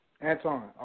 Anton